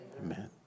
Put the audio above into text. Amen